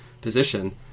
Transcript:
position